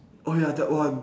oh ya that one